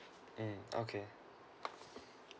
mm okay